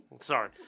sorry